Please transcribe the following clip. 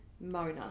Mona